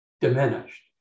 diminished